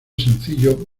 sencillo